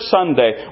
Sunday